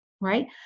right